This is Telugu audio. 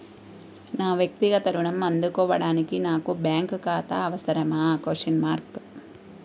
నా వక్తిగత ఋణం అందుకోడానికి నాకు బ్యాంక్ ఖాతా అవసరమా?